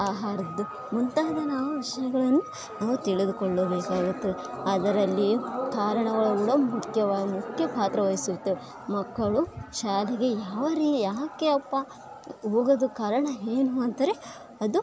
ಆಹಾರದ ಮುಂತಾದ ನಾವು ವಿಷಯಗಳನ್ನು ನಾವು ತಿಳಿದುಕೊಳ್ಳಬೇಕಾಗತ್ತೆ ಅದರಲ್ಲಿ ಕಾರಣಗಳಲ್ಲೂ ಮುಖ್ಯವಾಗಿ ಮುಖ್ಯ ಪಾತ್ರ ವಹಿಸುತಾ ಮಕ್ಕಳು ಶಾಲೆಗೆ ಯಾವ ರೀ ಯಾಕೆ ಅಪ್ಪ ಹೋಗೋದಕ್ಕೆ ಕಾರಣ ಏನು ಅಂತಾರೆ ಅದು